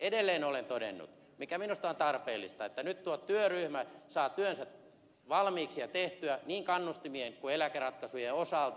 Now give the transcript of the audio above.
edelleen olen todennut mikä minusta on tarpeellista että nyt tuo työryhmä saa työnsä valmiiksi ja tehtyä niin kannustimien kuin eläkeratkaisujenkin osalta